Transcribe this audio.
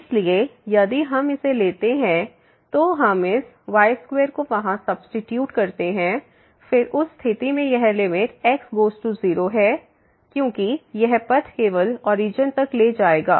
इसलिए यदि हम इसे लेते हैं तो हम इस y2 को वहां सब्सीट्यूट करते हैं फिर उस स्थिति में यह लिमिट x→0 है क्योंकि यह पथ केवल ओरिजन तक ले जाएगा